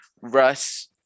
Russ